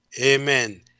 Amen